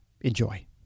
Enjoy